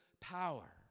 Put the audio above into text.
power